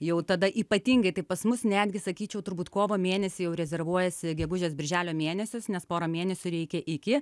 jau tada ypatingai tai pas mus netgi sakyčiau turbūt kovo mėnesį jau rezervuojasi gegužės birželio mėnesius nes porą mėnesių reikia iki